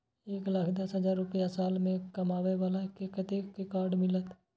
एक लाख दस हजार रुपया साल में कमाबै बाला के कतेक के कार्ड मिलत?